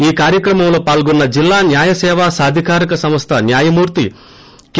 ఈ కార్యక్రమంలో పాల్గొన్స జిల్లా న్యాయ సేవ సాధికారిత సంస్థ న్యాయమూర్తి కె